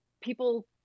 people